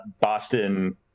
Boston